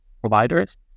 providers